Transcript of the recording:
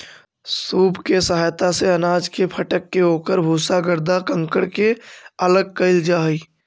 सूप के सहायता से अनाज के फटक के ओकर भूसा, गर्दा, कंकड़ के अलग कईल जा हई